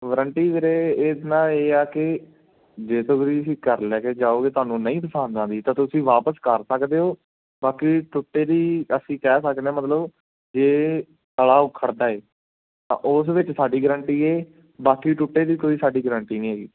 warranty ਵੀਰੇ ਇਹ ਨਾ ਇਹ ਆ ਕਿ ਜੇ ਘਰ ਲੈ ਕੇ ਜਾਓਗੇ ਤੁਹਾਨੂੰ ਨਹੀਂ ਪਸੰਦ ਆਉਂਦੀ ਤਾਂ ਤੁਸੀਂ ਵਾਪਸ ਕਰ ਸਕਦੇ ਹੋ ਬਾਕੀ ਟੁੱਟੇ ਦੀ ਅਸੀਂ ਕਹਿ ਸਕਦੇ ਮਤਲਬ ਜੇ ਤਲਾ ਉੱਖੜਦਾ ਏ ਤਾਂ ਉਸ ਵਿੱਚ ਸਾਡੀ ਗਰੰਟੀ ਏ ਬਾਕੀ ਟੁੱਟੇ ਦੀ ਕੋਈ ਸਾਡੀ ਗਰੰਟੀ ਨਹੀਂ ਹੈਗੀ